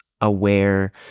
aware